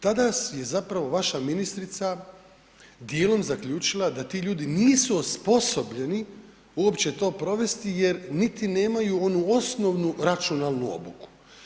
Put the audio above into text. Tada je zapravo vaša ministrica djelom zaključila da ti ljudi nisu osposobljeni uopće to provesti jer niti nemaju onu osnovnu računalnu obuku.